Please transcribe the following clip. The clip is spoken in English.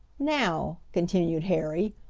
now, continued harry,